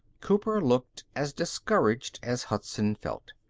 cooper looked as discouraged as hudson felt.